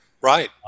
Right